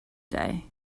day